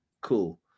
Cool